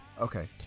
Okay